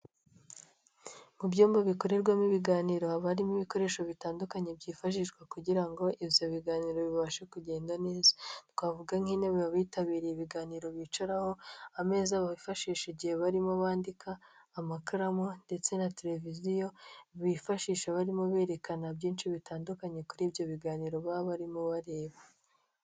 Mu byumba bikorerwamo ibiganiro, haba barimo ibikoresho bitandukanye byifashishwa kugira ngo ibyo biganiro bibashe kugenda neza. Twavuga nk'intebe abitabiriye ibiganiro bicaraho, ameza bifashishija igihe barimo bandika, amakaramu ndetse na televiziyo, bifashisha barimo berekana byinshi bitandukanye kuri ibyo biganiro baba barimo bareba.